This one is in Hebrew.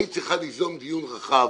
היית צריכה ליזום דיון רחב